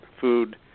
food